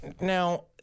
Now